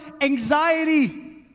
anxiety